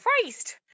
Christ